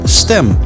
stem